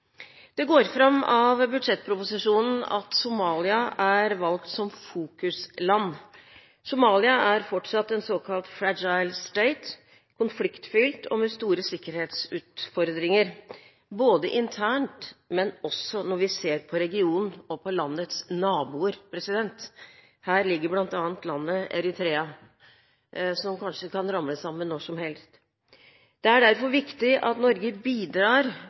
Det går fram av budsjettproposisjonen at Somalia er valgt som fokusland. Somalia er fortsatt en såkalt «fragile state», konfliktfylt og med store sikkerhetsutfordringer, både internt og når vi ser på regionen og på landets naboer. Her ligger bl.a. landet Eritrea, som kanskje kan ramle sammen når som helst. Det er derfor viktig at Norge bidrar